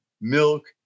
milk